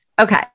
Okay